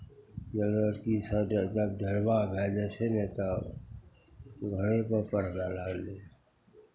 लड़कीसभ दस घरुआ भए जाइ छै ने तब घरेपर पढ़बय लागलियै